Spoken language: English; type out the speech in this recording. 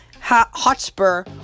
Hotspur